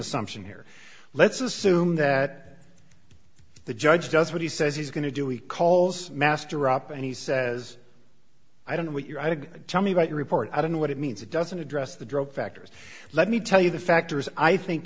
assumption here let's assume that the judge does what he says he's going to do he calls master up and he says i don't know what you're i could tell me about your report i don't know what it means it doesn't address the drop factors let me tell you the factors i think